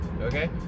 Okay